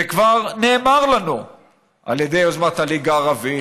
וכבר נאמר לנו על ידי יוזמת הליגה הערבית